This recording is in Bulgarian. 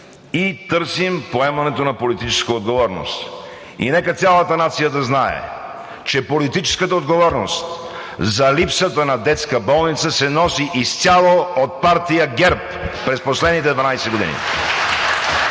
и търсим поемането на политическа отговорност. И нека цялата нация да знае, че политическата отговорност за липсата на детска болница се носи изцяло от партия ГЕРБ през последните 12 години!